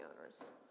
owners